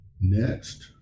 Next